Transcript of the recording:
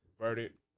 verdict